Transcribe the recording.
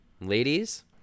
Ladies